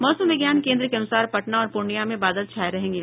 मौसम विज्ञान केंद्र के अन्सार पटना और पूर्णिया में बादल छाये रहेंगे